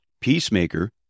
Peacemaker